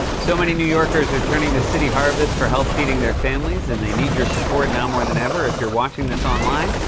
so many new yorkers are turning to city harvest for help feeding their families and they need your support now, more than ever. if you're watching this online,